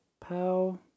Pow